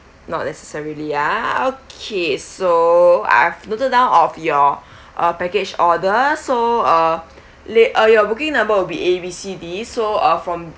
not necessarily ah okay so I've noted down of your uh package order so uh leh uh your booking number will be A B C D so uh from